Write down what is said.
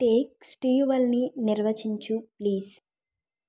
take స్ట్యూవెల్ని నిర్వచించు please